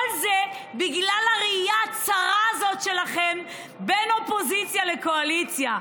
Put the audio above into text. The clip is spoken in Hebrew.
כל זה בגלל הראייה הצרה הזאת שלכם בין אופוזיציה לקואליציה.